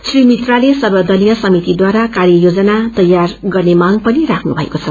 श्रीमित्रालेसर्वदलीय समितिद्वाराकार्य योजनातैयारगर्नेमांगपनिराख्नुभ्नएको छ